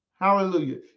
Hallelujah